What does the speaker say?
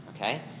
okay